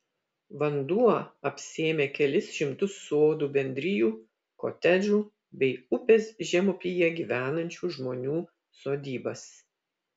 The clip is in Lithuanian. vanduo apsėmė kelis šimtus sodų bendrijų kotedžų bei upės žemupyje gyvenančių žmonių sodybas